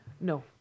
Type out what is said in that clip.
No